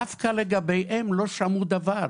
דווקא לגביהם לא שמעו דבר.